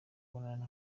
kubonana